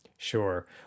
Sure